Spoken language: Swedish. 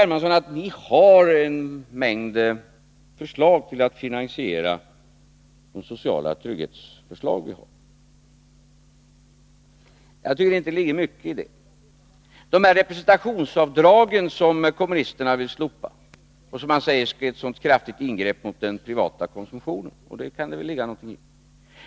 Hermansson att vpk har en mängd förslag till att finansiera de sociala trygghetsförslag vi har. Jag tycker inte att det ligger mycket i detta. Representationsavdragen vill kommunisterna slopa; han säger att det är ett så kraftigt ingrepp mot den privata konsumtionen, och det kan det ligga någonting i.